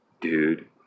dude